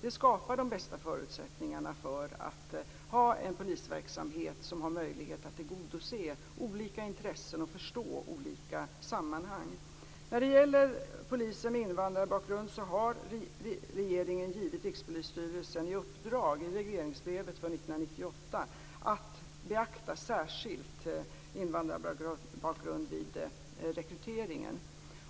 Det skapar de bästa förutsättningarna för att ha en polisverksamhet som har möjlighet att tillgodose olika intressen och förstå olika sammanhang. Regeringen har givit Rikspolisstyrelsen i uppdrag i regleringsbrevet för 1998 att särskilt beakta invandrarbakgrund vid rekryteringen.